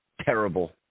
terrible